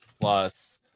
plus